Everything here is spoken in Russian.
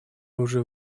уже